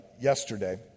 yesterday